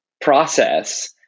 process